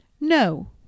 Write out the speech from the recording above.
no